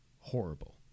horrible